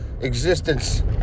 existence